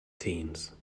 teens